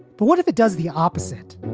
but what if it does the opposite?